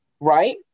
Right